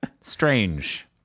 Strange